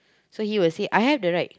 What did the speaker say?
so he will say I have the right